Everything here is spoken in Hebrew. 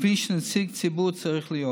כפי שנציג ציבור צריך להיות.